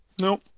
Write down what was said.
Nope